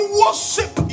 worship